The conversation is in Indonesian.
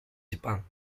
jepang